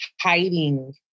hiding